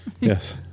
Yes